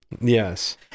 yes